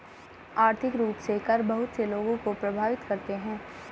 आर्थिक रूप से कर बहुत से लोगों को प्राभावित करते हैं